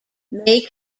may